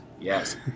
Yes